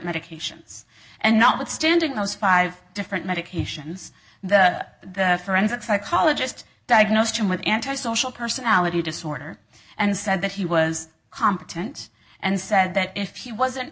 medications and notwithstanding i was five different medications the forensic psychologist diagnosed him with antisocial personality disorder and said that he was competent and said that if he wasn't